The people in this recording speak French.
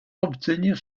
obtenir